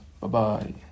Bye-bye